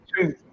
two